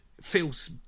feels